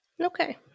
okay